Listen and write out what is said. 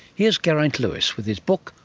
here's geraint lewis with his book,